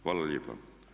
Hvala lijepa.